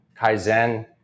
Kaizen